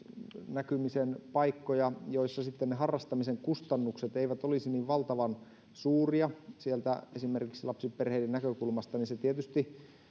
näkymisen paikkoja joissa sitten ne harrastamisen kustannukset eivät olisi niin valtavan suuria sieltä esimerkiksi lapsiperheiden näkökulmasta niin se tietysti